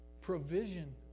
Provision